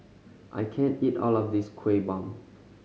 I can't eat all of this Kueh Bom